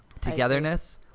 Togetherness